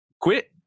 quit